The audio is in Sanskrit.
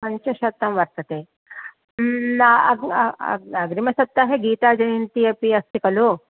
पञ्चशतं वर्तते अग्रिमसप्तहे गीताजयन्ती अपि अस्ति कलु